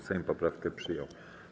Sejm poprawkę przyjął.